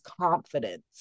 confidence